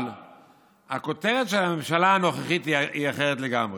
אבל הכותרת של הממשלה הנוכחית היא אחרת לגמרי: